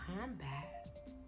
combat